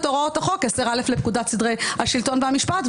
הוראות החוק 10(א) לפקודת סדרי השלטון והמשפט,